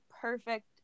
perfect